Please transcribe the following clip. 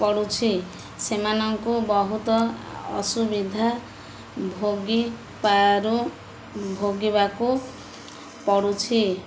ପଡ଼ୁଛି ସେମାନଙ୍କୁ ବହୁତ ଅସୁବିଧା ଭୋଗୀ ପାରୁ ଭୋଗିବାକୁ ପଡ଼ୁଛି